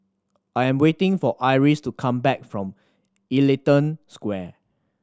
I am waiting for Iris to come back from Ellington Square